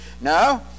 No